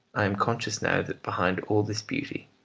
i am conscious now that behind all this beauty,